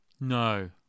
No